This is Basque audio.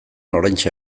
oraintxe